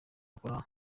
bakora